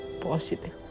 positive